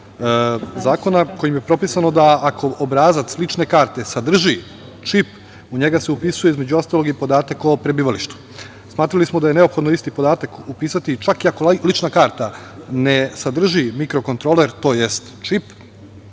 zakona, kojim je propisano da ako obrazac lične karte sadrži čip, u njega se upisuje, između ostalog, i podatak o prebivalištvu. Smatrali smo da je neophodno isti podatak upisati, čak i ako lična karta ne sadrži mikrokontroler, tj. čip,